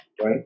Right